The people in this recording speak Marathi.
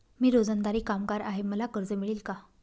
मी रोजंदारी कामगार आहे मला कर्ज मिळेल का?